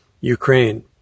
Ukraine